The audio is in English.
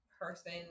person